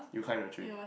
you climb a tree